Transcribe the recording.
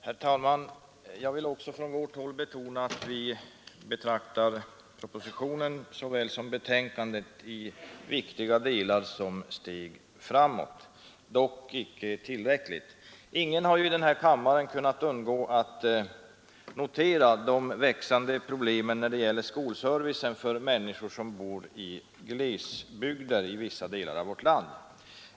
Herr talman! Jag vill också från vårt håll betona att vi betraktar såväl propositionen som betänkandet i viktiga delar som steg framåt — dock inte tillräckligt. Ingen i den här kammaren har kunnat undgå att notera det växande problemet när det gäller skolservicen för människor som bor i glesbygder i vissa delar av vårt land.